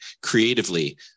creatively